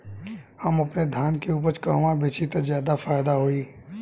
हम अपने धान के उपज कहवा बेंचि त ज्यादा फैदा होई?